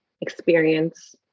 experience